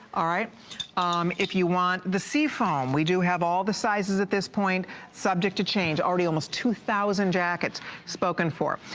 a right if you want the seafoam we do have all the sizes at this point subject to change are ready almost two thousand jacket spoken for.